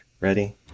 Ready